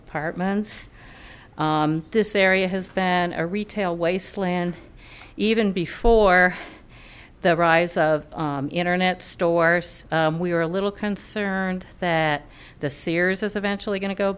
apartments this area has been a retail wasteland even before the rise of internet stores we were a little concerned that the sears is eventually going to go